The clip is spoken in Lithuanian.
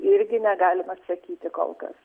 irgi negalim atsakyti kol kas